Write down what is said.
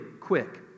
quick